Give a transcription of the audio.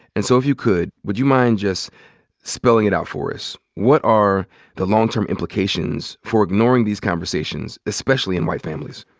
and so if you could, would you mind just spelling it out for us? what are the long-term implications for ignoring these conversations, especially in white families?